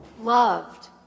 loved